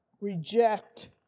reject